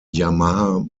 yamaha